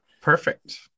Perfect